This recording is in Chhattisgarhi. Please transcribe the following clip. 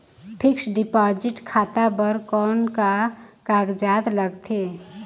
फिक्स्ड डिपॉजिट खाता बर कौन का कागजात लगथे?